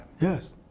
Yes